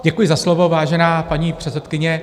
Děkuji za slovo, vážená paní předsedkyně.